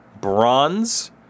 bronze